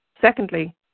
secondly